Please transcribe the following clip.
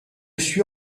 suis